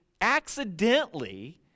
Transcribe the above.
accidentally